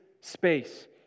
space